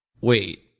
Wait